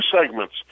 segments